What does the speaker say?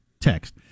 text